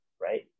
right